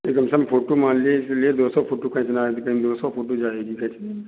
जैसे फोटो मान लीजिए दो सौ फोटो खींचना है तो कही दो सौ फोटो जायगी खीचने